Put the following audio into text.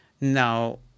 Now